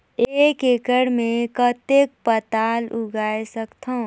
एक एकड़ मे कतेक पताल उगाय सकथव?